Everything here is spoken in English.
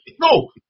No